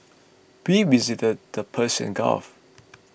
we visited the Persian Gulf